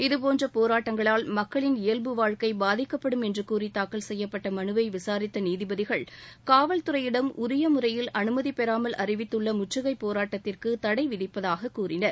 இதபோன்ற போராட்டங்களால் மக்களின் இயல்பு வாழ்க்கை பாதிக்கப்படும் என்று கூறி தூக்கல் செய்யப்பட்ட மனுவை விசாரித்த நீதிபதிகள் காவல்துறையிடம் உரிய முறையில் அனுமதி பெறாமல் அறிவித்துள்ள முற்றுகைப் போராட்டத்திற்கு தடை விதிப்பதாக கூறினர்